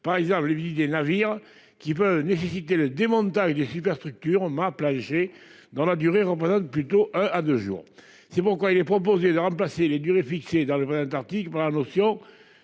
par exemple le midi des navires qui peut nécessiter le démontage des superstructures m'a plongé dans la durée représentent plutôt à 2 jours. C'est pourquoi il est proposé de remplacer les durées fixé dans le volet Antarctique par la notion